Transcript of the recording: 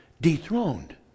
dethroned